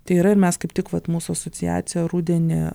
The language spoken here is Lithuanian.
tai yra ir mes kaip tik vat mūsų asociacija rudenį